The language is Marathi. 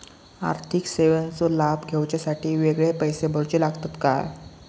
आर्थिक सेवेंचो लाभ घेवच्यासाठी वेगळे पैसे भरुचे लागतत काय?